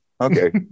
okay